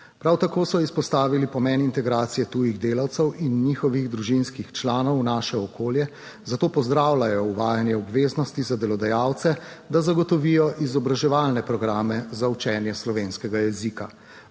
Prav tako so izpostavili pomen integracije tujih delavcev in njihovih družinskih članov v naše okolje. Zato pozdravljajo uvajanje obveznosti za delodajalce, da zagotovijo izobraževalne programe za učenje slovenskega jezika.